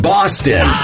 Boston